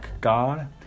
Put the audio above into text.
God